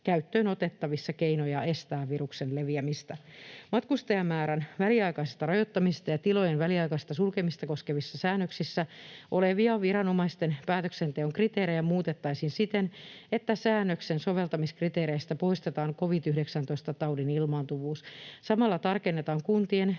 käyttöön keinoja estää viruksen leviämistä. Matkustajamäärän väliaikaista rajoittamista ja tilojen väliaikaista sulkemista koskevissa säännöksissä olevia viranomaisen päätöksenteon kriteerejä muutettaisiin siten, että säännöksen soveltamiskriteereistä poistetaan covid-19-taudin ilmaantuvuus. Samalla tarkennetaan kuntien